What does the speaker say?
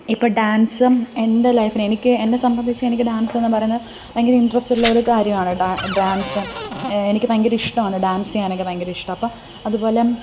ഇപ്പോൾ ഡാൻസും എൻ്റെ ലൈഫിനെ എനിക്ക് എന്നെ സംബന്ധിച്ച് എനിക്ക് ഡാൻസ് എന്ന് പറയുന്നത് ഭയങ്കര ഇൻട്രസ്റ്റ് ഉള്ളൊരു കാര്യമാണ് ഡാൻസ് എനിക്ക് ഭയങ്കര ഇഷ്ടമാണ് ഡാൻസ് ചെയ്യാനൊക്കെ ഭയങ്കര ഇഷ്ടമാണ് അപ്പോൾ അതുപോലെ